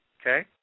okay